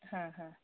ಹಾಂ ಹಾಂ